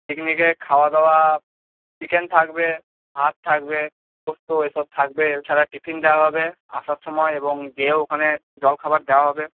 পিকনিকে খাওয়া দাওয়া চিকেন থাকবে ভাত থাকবে পোস্ত এসব থাকবে এছাড়া টিফিন দেওয়া হবে আসার সময় এবং গিয়েও ওখানে জলখাবার দেওয়া হবে